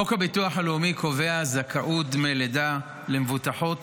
חוק הביטוח הלאומי קובע זכאות דמי לידה למבוטחות